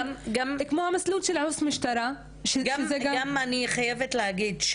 כמו המסלול של עו"ס המשטרה --- אני גם חייבת להגיד,